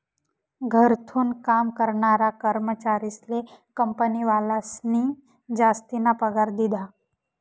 घरथून काम करनारा कर्मचारीस्ले कंपनीवालास्नी जासतीना पगार दिधा